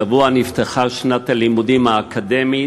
השבוע נפתחה שנת הלימודים האקדמית.